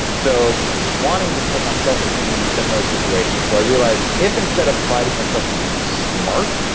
so wanting to put my self-esteem in a similar situation. so i realized if instead of priding myself on being smart,